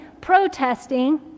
protesting